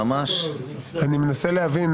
אני מנסה להבין,